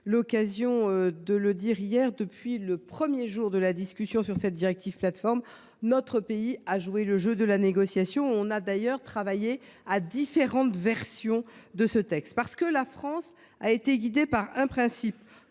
l’occasion de le dire hier, depuis le premier jour de la discussion sur cette directive relative aux plateformes, notre pays a joué le jeu de la négociation. Nous avons d’ailleurs travaillé à différentes versions du texte. La France a été guidée par un principe